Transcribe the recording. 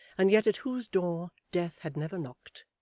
and yet at whose door death had never knocked,